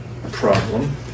problem